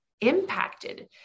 impacted